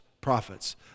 prophets